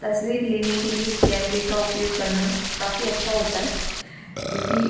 तस्वीर लेने के लिए कैमरे का उपयोग करना काफी अच्छा होता है क्योंकि